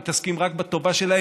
הם מתעסקים רק בטובה שלהם.